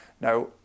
Now